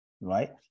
right